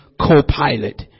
co-pilot